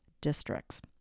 Districts